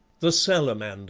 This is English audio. the salamander